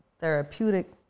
therapeutic